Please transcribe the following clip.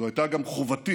זו הייתה גם חובתי,